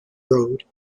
road